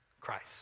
Christ